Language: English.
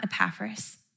Epaphras